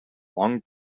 long